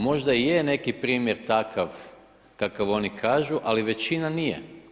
Možda i je neki primjer takav kakav oni kažu, ali većina nije.